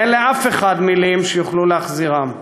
ואין לאף אחד מילים שיוכלו להחזירם.